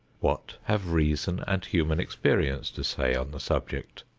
what have reason and human experience to say on the subject?